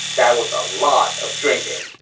that was a lot of drinking,